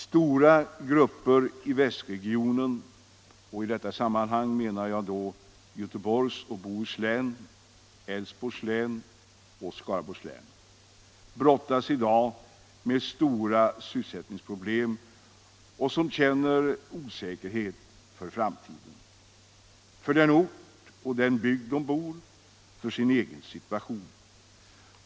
Stora grupper i västregionen — i detta sammanhang menar jag då Göteborgs och Bohus län, Älvsborgs län samt Skaraborgs län — brottas i dag med stora sysselsättningsproblem och känner osäkerhet för framtiden, för den ort och den bygd de bor i samt för sin egen situation.